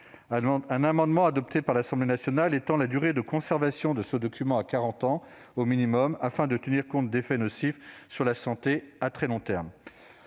Un amendement adopté par l'Assemblée nationale vise à étendre la durée de conservation du document à quarante ans au minimum, ce qui permet de tenir compte d'effets nocifs sur la santé à très long terme.